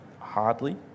hardly